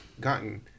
gotten